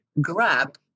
grab